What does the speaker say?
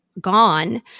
gone